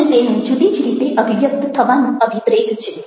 અને તેનું જુદી જ રીતે અભિવ્યક્ત થવાનું અભિપ્રેત છે